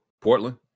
Portland